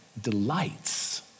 delights